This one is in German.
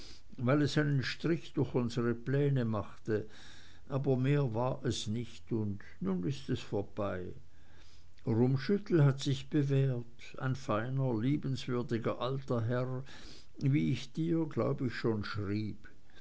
weil es einen strich durch unsere pläne machte aber mehr war es nicht und nun ist es vorbei rummschüttel hat sich bewährt ein feiner liebenswürdiger alter herr wie ich dir glaub ich schon schrieb